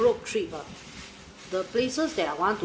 trip ah the places that I want to